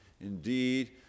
Indeed